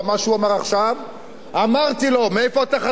אמרתי לו: מאיפה התחזיות שלך לצמיחה הגדולה?